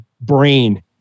brain